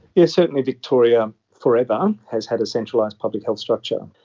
yes, certainly victoria forever has had a centralised public health structure.